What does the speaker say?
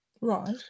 Right